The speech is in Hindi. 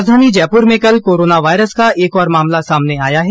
राजधानी जयपुर में कल कोरोना वायरस का एक और मामला सामने आया है